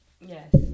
yes